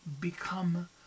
become